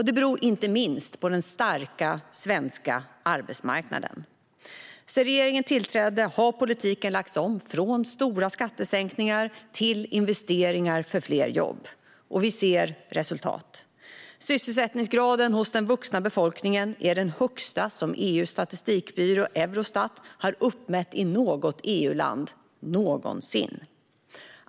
Det beror inte minst på den starka svenska arbetsmarknaden. Sedan regeringen tillträdde har politiken lagts om, från stora skattesänkningar till investeringar för fler jobb. Och vi ser resultat. Sysselsättningsgraden hos den vuxna befolkningen är den högsta som EU:s statistikbyrå Eurostat har uppmätt i något EU-land någonsin.